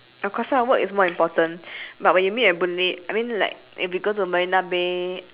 of course lah work is more important but when you meet at boon lay I mean like when we go to marina bay